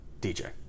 DJ